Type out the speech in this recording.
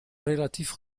relatief